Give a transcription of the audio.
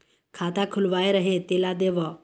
खाता खुलवाय रहे तेला देव?